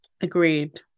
Agreed